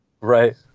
Right